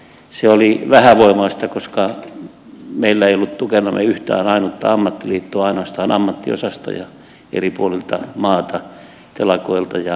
se oli vähävoimaista koska meillä ei ollut tukenamme yhtään ainutta ammattiliittoa ainoastaan ammattiosastoja eri puolilta maata telakoilta ja asennustyömailta